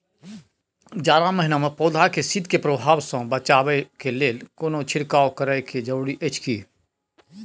जारा महिना मे पौधा के शीत के प्रभाव सॅ बचाबय के लेल कोनो छिरकाव करय के जरूरी अछि की?